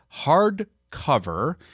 hardcover